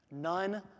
None